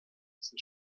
sind